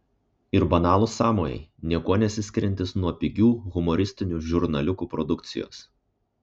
ir banalūs sąmojai niekuo nesiskiriantys nuo pigių humoristinių žurnaliukų produkcijos